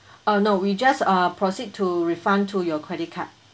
oh no we just err proceed to refund to your credit card